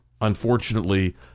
unfortunately